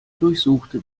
durchsuchte